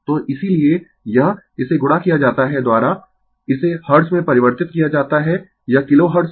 तो इसीलिये यह इसे गुणा किया जाता है द्वारा इसे हर्ट्ज में परिवर्तित किया जाता है यह किलो हर्ट्ज था